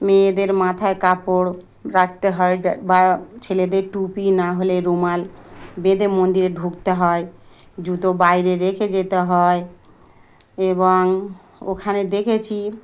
মেয়েদের মাথায় কাপড় রাখতে হয় বা ছেলেদের টুপি না হলে রুমাল বেঁধে মন্দিরে ঢুকতে হয় জুতো বাইরে রেখে যেতে হয় এবং ওখানে দেখেছি